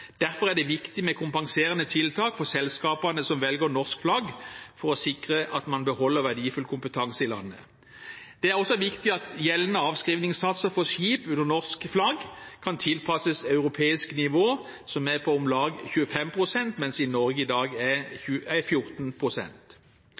Derfor er det viktig med kompenserende tiltak for selskapene som velger norsk flagg, for å sikre at man beholder verdifull kompetanse i landet. Det er også viktig at gjeldende avskrivningssatser for skip under norsk flagg kan tilpasses europeisk nivå, som er på om lag 25 pst., mens det i Norge i dag er